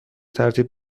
ترتیب